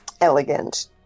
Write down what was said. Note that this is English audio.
elegant